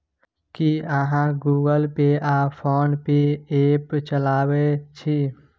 की अहाँ Google Pay आ PhonePe app चलाबैत छी?